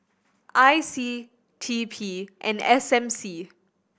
I C T P and S M C